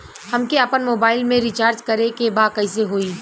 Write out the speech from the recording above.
हमके आपन मोबाइल मे रिचार्ज करे के बा कैसे होई?